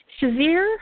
Shazir